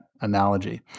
analogy